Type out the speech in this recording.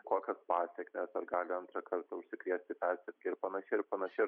kokios pasekmės gali antrą kartą užsikrėsti persirgę ir panašiai ir panašiai